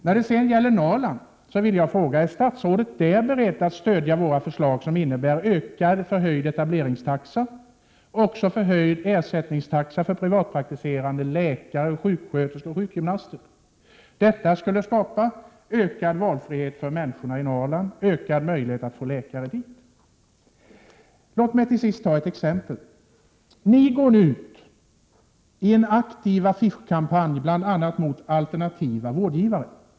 När det sedan gäller Norrland vill jag fråga: Är statsrådet där beredd att stödja våra förslag, som innebär förhöjd etableringstaxa och även förhöjd ersättningstaxa för privatpraktiserande läkare, sjuksköterskor och sjukgymnaster? Det skulle skapa ökad valfrihet för människorna i Norrland och ökad möjlighet att få läkare dit. Låt mig till sist ta ett exempel. Ni går nu ut i en aktiv affischkampanj bl.a. mot alternativa vårdgivare.